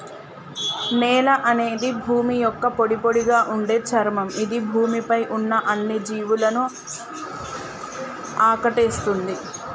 నేల అనేది భూమి యొక్క పొడిపొడిగా ఉండే చర్మం ఇది భూమి పై ఉన్న అన్ని జీవులను ఆకటేస్తుంది